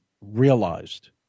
realized